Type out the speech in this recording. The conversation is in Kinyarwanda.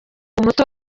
muto